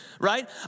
right